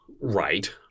Right